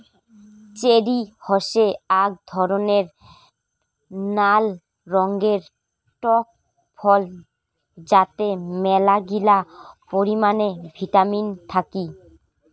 cherry হসে আক ধরণের নাল রঙের টক ফল যাতে মেলাগিলা পরিমানে ভিটামিন থাকি